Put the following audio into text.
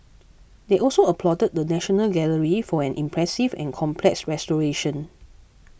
they also applauded the National Gallery for an impressive and complex restoration